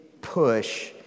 push